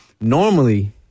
Normally